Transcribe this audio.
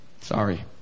Sorry